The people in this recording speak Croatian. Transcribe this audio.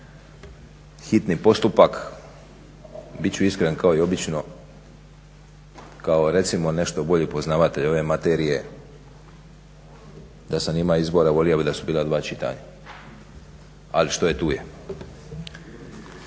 zakonika, hitni postupak. Bit ću iskren kao i obično kao recimo nešto bolji poznavatelj ove materije da sam imao izbora volio bih da su bila dva čitanja. Ali što je, tu je.